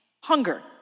Hunger